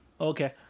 Okay